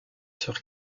sur